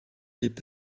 gibt